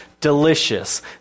delicious